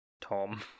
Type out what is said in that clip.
Tom